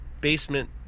Basement